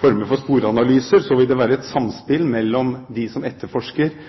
former for sporanalyser, vil det være et samspill mellom dem som etterforsker,